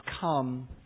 come